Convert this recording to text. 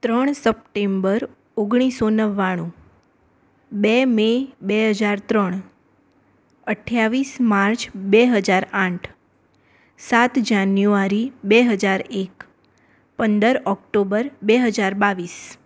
ત્રણ સપ્ટેમ્બર ઓગણીસો નવ્વાણું બે મે બે હજાર ત્રણ અઠ્યાવીસ માર્ચ બે હજાર આઠ સાત જાન્યુઆરી બે હજાર એક પંદર ઑક્ટોબર બે હજાર બાવીસ